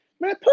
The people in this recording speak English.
man